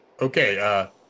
Okay